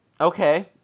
Okay